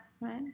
right